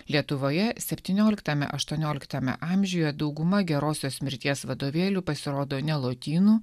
lietuvoje septynioliktame aštuonioliktame amžiuje dauguma gerosios mirties vadovėlių pasirodo ne lotynų